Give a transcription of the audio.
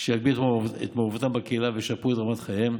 שיגביר את מעורבותם בקהילה וישפר את רמת חייהם.